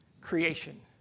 creation